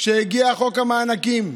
כשהגיע חוק המענקים,